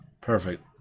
perfect